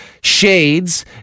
shades